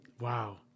Wow